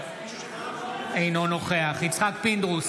אינו נוכח יצחק פינדרוס,